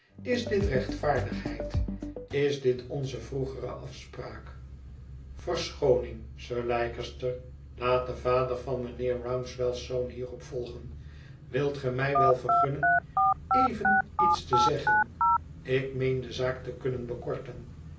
is dit rechtvaardigheid is dit onze vroegere afspraak verschooning sir leicester laat de vader van mijnheer rouncewell's zoon hierop volgen wilt ge mij wel vergunnen even iets te zeggen ik meen de zaak te kunnen bekorten